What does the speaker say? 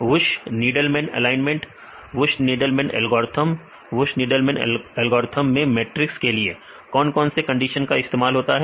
whoosh Needleman alignment whoosh Needleman algorithm whoosh Needleman algorithm में matrix के लिए कौन कौन से कंडीशन का इस्तेमाल होता है